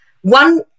one